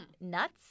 nuts